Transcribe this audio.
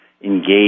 engage